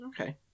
okay